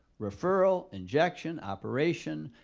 referral, injection, operation,